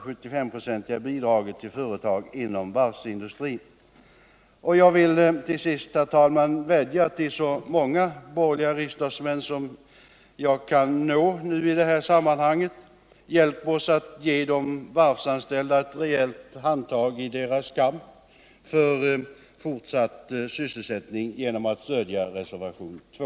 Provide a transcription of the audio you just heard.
Jag vill till sist, herr talman, vädja till så många borgerliga riksdagsmän jag kan nå i detta sammanhang: Hjälp oss att ge de varvsanställda ett rejält handtag i deras kamp för fortsatt sysselsättning genom att stödja reservationen 2!